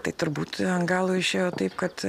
tai turbūt ant galo išėjo taip kad